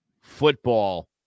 football